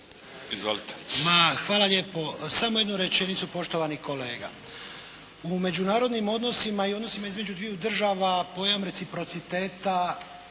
Hvala lijepo. Samo jednu rečenicu poštovani kolega. U međunarodnim odnosima i odnosima između dviju država pojam reciprociteta